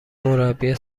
مربی